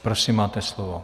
Prosím, máte slovo.